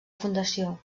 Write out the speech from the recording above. fundació